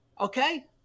Okay